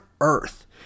earth